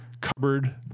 cupboard